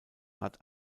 hat